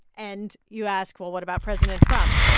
and you ask, well, what about president trump?